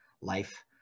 life